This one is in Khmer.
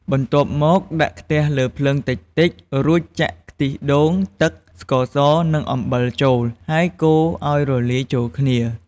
បន្ទាប់មក ដាក់ខ្ទះលើភ្លើងតិចៗ រួចចាក់ខ្ទិះដូង ទឹក ស្ករស និងអំបិលចូល ហើយកូរឲ្យរលាយចូលគ្នា។